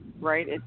right